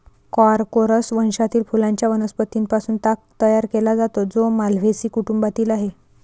Corchorus वंशातील फुलांच्या वनस्पतीं पासून ताग तयार केला जातो, जो माल्व्हेसी कुटुंबातील आहे